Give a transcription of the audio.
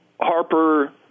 Harper